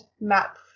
map